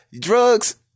drugs